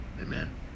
Amen